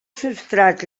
substrats